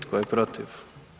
Tko je protiv?